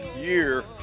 year